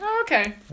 okay